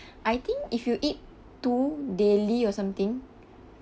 I think if you eat two daily or something